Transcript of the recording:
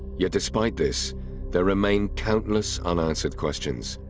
yet despite this there remain countless unanswered questions.